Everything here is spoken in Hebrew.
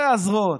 אלה הזרועות.